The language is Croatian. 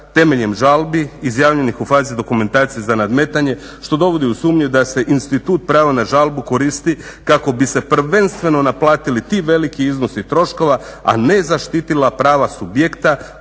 temeljem žalbi izjavljenih u fazi dokumentacije za nadmetanje što dovodi u sumnju da se institut pravo na žalbu koristi kako bi se prvenstveno naplatili ti veliki iznosi troškova, a ne zaštitila prava subjekta